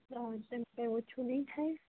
આમ તેમ કાંઈ ઓછું નઈ થાય